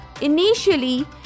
initially